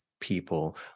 people